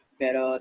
pero